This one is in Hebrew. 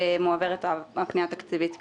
מועברת הפנייה התקציבית כעת.